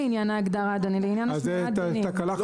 אז זאת תקלה חמורה.